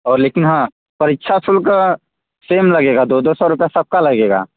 और लेकिन हाँ परीक्षा शुल्क सेम लगेगा दो दो सौ रुपये सब का लगेगा